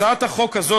הצעת החוק הזאת,